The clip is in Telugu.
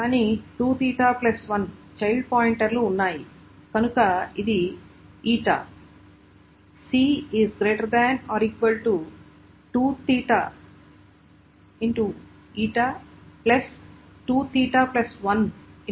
కానీ 2𝚹 1 చైల్డ్ పాయింటర్లు ఉన్నాయి కనుక ఇది η